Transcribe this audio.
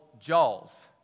Jaws